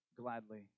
gladly